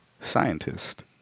scientist